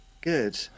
good